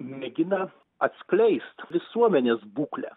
mėgina atskleist visuomenės būklę